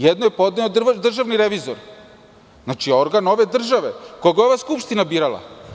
Jednu je podneo Državni revizor, organ ove države, koga je ova Skupština birala.